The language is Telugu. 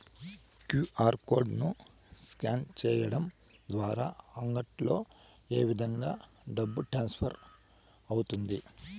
క్యు.ఆర్ కోడ్ ను స్కాన్ సేయడం ద్వారా అంగడ్లలో ఏ విధంగా డబ్బు ట్రాన్స్ఫర్ అవుతుంది